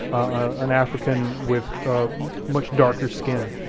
an african with much darker skin.